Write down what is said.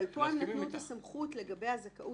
אבל פה הם נתנו את הסמכות לגבי הזכאות